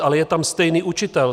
Ale je tam stejný učitel.